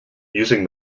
using